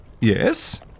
Yes